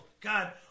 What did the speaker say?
God